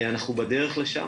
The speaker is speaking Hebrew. אנחנו בדרך לשם,